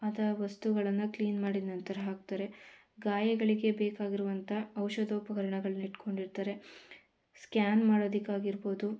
ಅದಾ ವಸ್ತುಗಳನ್ನು ಕ್ಲೀನ್ ಮಾಡಿದ ನಂತರ ಹಾಕ್ತಾರೆ ಗಾಯಗಳಿಗೆ ಬೇಕಾಗಿರುವಂಥ ಔಷಧೋಪಕರಣಗಳನ್ನ ಇಟ್ಕೊಂಡಿರ್ತಾರೆ ಸ್ಕ್ಯಾನ್ ಮಾಡೋದಕ್ಕಾಗಿರ್ಬೋದು